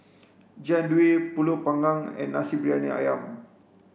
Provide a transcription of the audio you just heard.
jian dui pulut panggang and nasi briyani ayam